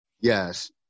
yes